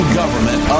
government